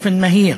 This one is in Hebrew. באופן מהיר,